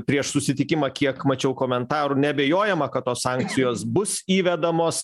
prieš susitikimą kiek mačiau komentarų neabejojama kad tos sankcijos bus įvedamos